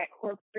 corporate